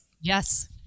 Yes